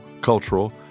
cultural